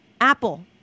apple